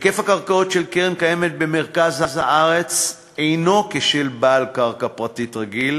היקף הקרקעות של הקרן הקיימת במרכז הארץ אינו כשל בעל קרקע פרטית רגיל